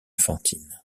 fantine